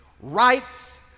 rights